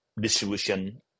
distribution